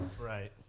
Right